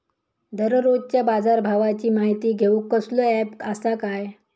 दररोजच्या बाजारभावाची माहिती घेऊक कसलो अँप आसा काय?